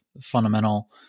fundamental